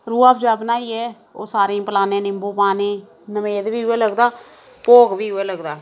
रूह अफ्ज़ा बनाइयै ओह् सारें ई पलाने नींबू पानी नवेद बी उ'ऐ लगदा भोग बी उ'ऐ लगदा